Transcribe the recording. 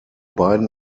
beiden